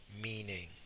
Meaning